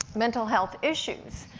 mental health issues.